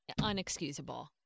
unexcusable